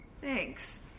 Thanks